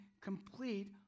complete